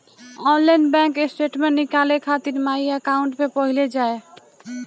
online bank statement निकाले खातिर my account पे पहिले जाए